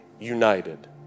united